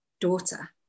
daughter